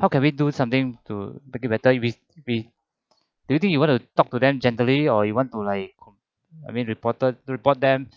how can we do something to make it better we we do you think you want to talk to them gently or you want to like I mean reported report them